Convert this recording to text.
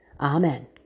Amen